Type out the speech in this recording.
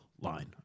line